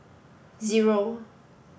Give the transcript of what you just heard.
zero